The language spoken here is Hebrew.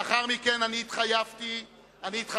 לאחר מכן אני התחייבתי להצביע.